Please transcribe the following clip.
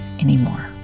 Anymore